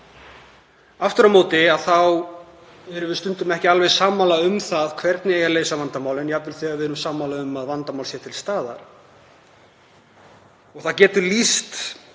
Aftur á móti erum við stundum ekki alveg sammála um hvernig leysa eigi vandamál, jafnvel þegar við erum sammála um að vandamál sé til staðar. Það getur lýst